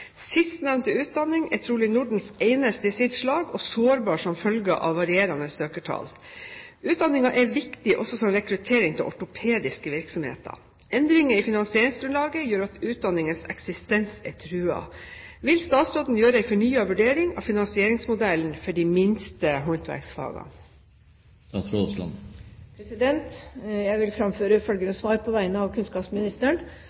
Sistnevnte utdanning er trolig Nordens eneste i sitt slag og sårbar som følge av varierende søkertall. Utdanningen er viktig også som rekruttering til ortopediske virksomheter. Endringer i finansieringsgrunnlaget gjør at utdanningens eksistens er truet. Vil statsråden gjøre en fornyet vurdering av finansieringsmodellen for de minste håndverksfagene?» Jeg vil framføre